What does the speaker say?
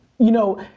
you know,